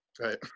right